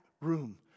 room